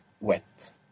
wet